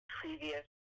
previous